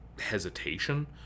hesitation